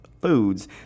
foods